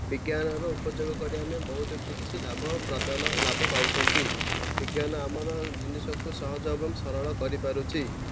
ବିଜ୍ଞାନର ଉପଯୋଗ କରିବା ଆମେ ବହୁତ କିଛି ଲାଭ ପ୍ରାଦାନ ଲାଭ ପାଉଛନ୍ତି ବିଜ୍ଞାନ ଆମର ଜିନିଷକୁ ସହଜ ଏବଂ ସରଳ କରିପାରୁଛି